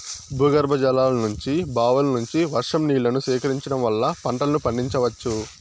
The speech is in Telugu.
భూగర్భజలాల నుంచి, బావుల నుంచి, వర్షం నీళ్ళను సేకరించడం వల్ల పంటలను పండించవచ్చు